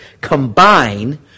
combine